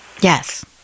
yes